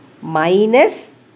minus